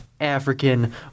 african